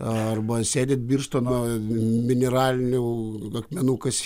arba sėdit birštono mineralinių akmenukas